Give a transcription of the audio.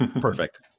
Perfect